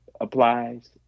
applies